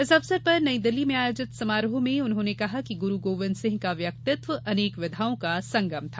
इस अवसर पर नई दिल्ली में आयोजित समारोह में उन्होंने कहा कि गुरू गोविंद सिंह का व्यक्तित्व अनेक विधाओं का संगम था